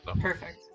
Perfect